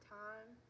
time